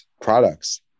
products